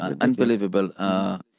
unbelievable